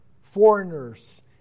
foreigners